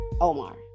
Omar